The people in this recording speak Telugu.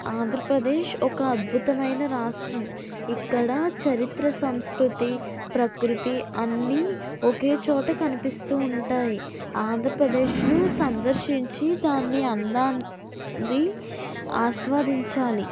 ఆంధ్రప్రదేశ్ ఒక అద్భుతమైన రాష్ట్రం ఇక్కడ చరిత్ర సంస్కృతి ప్రకృతి అన్నీ ఒకేచోట కనిపిస్తూ ఉంటాయి ఆంధ్రప్రదేశ్ను సందర్శించి దాన్ని అందాన్ని ఆస్వాదించాలి